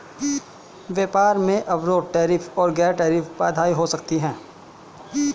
व्यापार में अवरोध टैरिफ और गैर टैरिफ बाधाएं हो सकती हैं